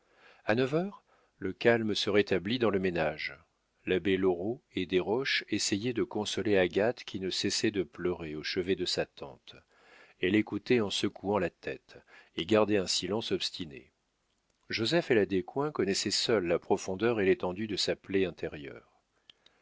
a neuf heures le calme se rétablit dans le ménage l'abbé loraux et desroches essayaient de consoler agathe qui ne cessait de pleurer au chevet de sa tante elle écoutait en secouant la tête et gardait un silence obstiné joseph et la descoings connaissaient seuls la profondeur et l'étendue de sa plaie intérieure